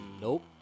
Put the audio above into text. Nope